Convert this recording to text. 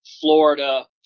Florida